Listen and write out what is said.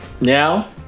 Now